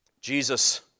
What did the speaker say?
Jesus